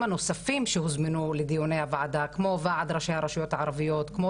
הנוספים שהוזמנו לדיוני הוועדה כמו ועד ראשי הרשויות הערביות כמו